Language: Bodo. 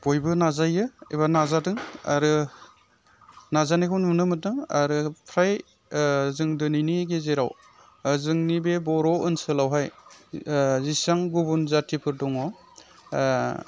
बयबो नाजायो एबा नाजादों आरो नाजानायखौ नुनो मोनदों आरो फ्राय जों दिनैनि गेजेराव जोंनि बे बर' ओनसोलावहाय जेसेबां गुबुन जाथिफोर दङ